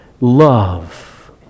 love